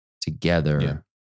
together